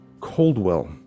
coldwell